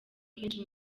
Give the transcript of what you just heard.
kenshi